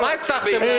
הבטחתם?